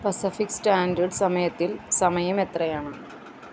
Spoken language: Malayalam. പസഫിക് സ്റ്റാന്റെഡ് സമയത്തിൽ സമയം എത്രയാണ്